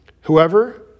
Whoever